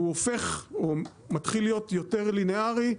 והוא הופך או מתחיל להיות יותר לינארי,